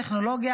הטכנולוגיה,